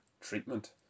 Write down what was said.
treatment